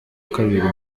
kabiri